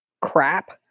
crap